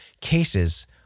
cases